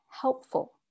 helpful